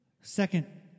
Second